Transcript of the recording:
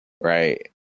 Right